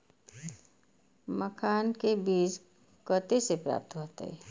मखान के बीज कते से प्राप्त हैते?